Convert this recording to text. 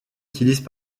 utilisent